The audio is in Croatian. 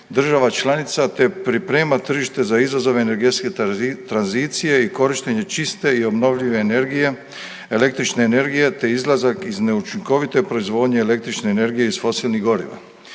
država članica, te priprema tržište za izazov energetske tranzicije i korištenje čiste i obnovljive energije, električne energije, te izlazak iz neučinkovite proizvodnje električne energije iz fosilnih goriva.